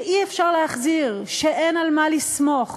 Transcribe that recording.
שאי-אפשר להחזיר, שאין על מה לסמוך,